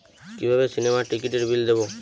কিভাবে সিনেমার টিকিটের বিল দেবো?